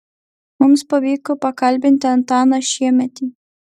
mums pavyko pakalbinti antaną šiemetį